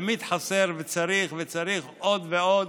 תמיד חסר וצריך וצריך עוד ועוד,